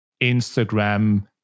Instagram